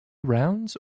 rounds